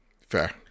Fair